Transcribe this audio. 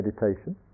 meditation